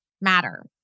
matter